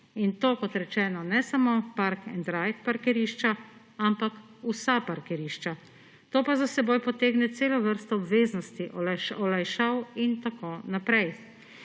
In to kot rečeno ne samo Park and Ride parkirišča, ampak vsa parkirišča. To pa za seboj potegne celo vrsto obveznosti, olajšav in tako naprej.